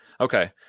okay